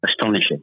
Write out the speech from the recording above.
astonishing